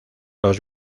los